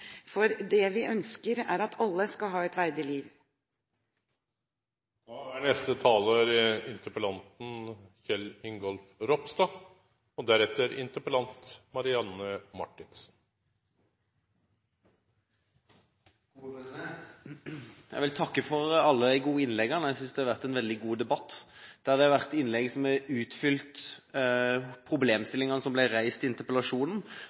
for det vi ønsker, er at alle skal ha et verdig liv. Jeg vil takke for alle de gode innleggene. Jeg synes det har vært en veldig god debatt. Det har vært innlegg som har utfylt problemstillingene som ble reist i interpellasjonen,